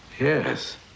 yes